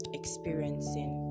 experiencing